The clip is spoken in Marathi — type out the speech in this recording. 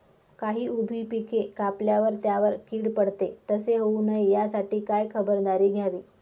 काही उभी पिके कापल्यावर त्यावर कीड पडते, तसे होऊ नये यासाठी काय खबरदारी घ्यावी?